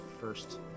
first